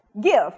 Give